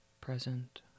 present